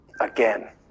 again